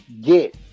get